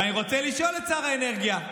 ואני רוצה לשאול את שר האנרגיה: